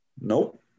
Nope